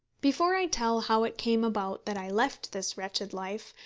before i tell how it came about that i left this wretched life,